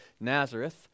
Nazareth